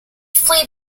flee